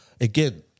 Again